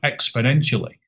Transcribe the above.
exponentially